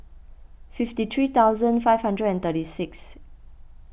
fifty three thousand five hundred and thirty six